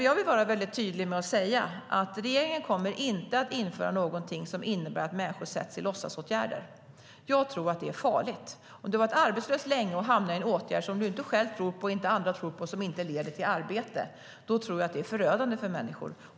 Jag vill vara väldigt tydlig med att säga att regeringen inte kommer att införa någonting som innebär att människor sätts i låtsasåtgärder. Jag tror att det är farligt. Om du har varit arbetslös länge och hamnar i en åtgärd som du inte själv tror på och inte andra tror på och som inte leder till arbete är det förödande för människor.